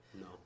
No